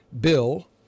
Bill